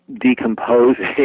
decomposing